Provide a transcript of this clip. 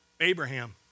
Abraham